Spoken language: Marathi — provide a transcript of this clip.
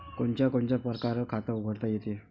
कोनच्या कोनच्या परकारं खात उघडता येते?